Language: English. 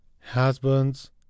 Husbands